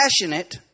passionate